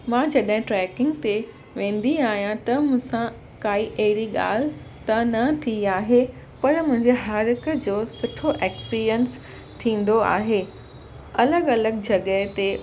मां जॾहिं ट्रैकिंग ते वेंदी आहियां त मूंसां अहिड़ी काई ॻाल्हि त न थी आहे पर मुंहिंजे हर हिकु जो सुठो एक्सपीरियंस थींदो आहे अलॻि अलॻि जॻह ते